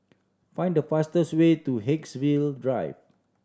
find the fastest way to Haigsville Drive